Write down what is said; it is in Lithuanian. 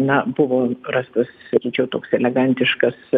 na buvo rastas sakyčiau toks elegantiškas